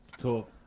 Cool